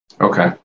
Okay